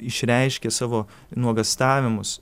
išreiškia savo nuogąstavimus